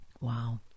Wow